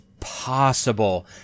possible